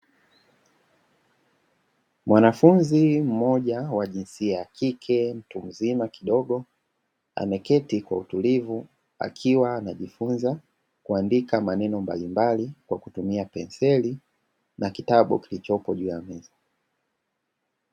Mwanafunzi mmoja wa jinsia ya kike mtu mzima kidogo, ameketi kwa utulivu akiwa anajifunza kuandika maneno mbalimbali Kwa kutumia penseli na kitabu kilichopo juu ya meza.